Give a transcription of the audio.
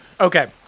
Okay